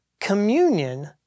communion